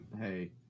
Hey